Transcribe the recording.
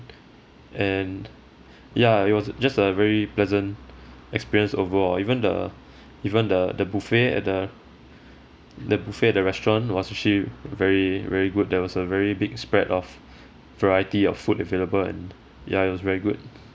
and ya it was just a very pleasant experience overall even the even the the buffet at the the buffet at the restaurant was actually very very good there was a very big spread of variety of food available and ya it was very good